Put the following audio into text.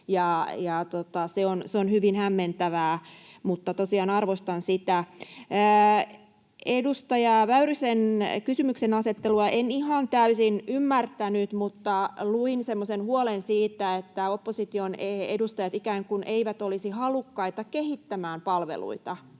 se on hyvin hämmentävää — eli tosiaan arvostan sitä. Edustaja Väyrysen kysymyksenasettelua en ihan täysin ymmärtänyt, mutta luin siitä semmoisen huolen, että opposition edustajat ikään kuin eivät olisi halukkaita kehittämään palveluita